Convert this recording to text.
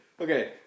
Okay